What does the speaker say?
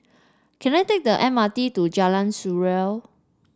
can I take the M R T to Jalan Surau